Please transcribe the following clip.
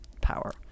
power